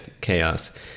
chaos